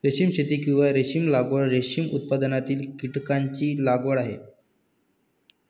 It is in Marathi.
रेशीम शेती, किंवा रेशीम लागवड, रेशीम उत्पादनातील कीटकांची लागवड आहे